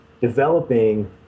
developing